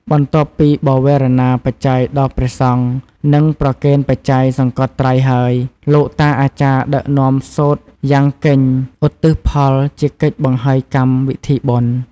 បន្ទាប់ពីបវារណាបច្ច័យដល់ព្រះសង្ឃ និងប្រគេនបច្ច័យសង្កត់ត្រៃហើយ លោកតាអាចារ្យដឹកនាំសូត្រយំកិញ្ចិ ឧទ្ទិសផលជាកិច្ចបង្ហើយកម្មវិធីបុណ្យ។